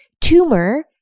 tumor